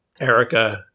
Erica